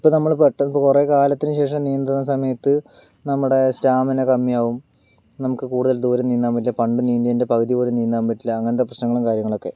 ഇപ്പം നമ്മള് പെട്ടന്ന് കുറെ കാലത്തിന് ശേഷം നീന്തുന്ന സമയത്ത് നമ്മടെ സ്റ്റാമിന കമ്മിയാകും നമുക്ക് കൂടുതൽ ദൂരം നീന്താൻ പറ്റില്ല പണ്ട് നീന്തിയേൻ്റെ പകുതി പോലും നീന്താൻ പറ്റില്ല അങ്ങനത്തെ പ്രശ്നങ്ങളും കാര്യങ്ങളൊക്കെ